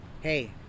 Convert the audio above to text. hey